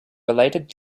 related